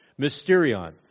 Mysterion